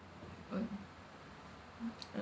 what